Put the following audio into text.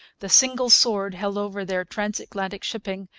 the single sword held over their transatlantic shipping,